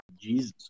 Jesus